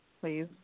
please